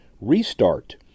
restart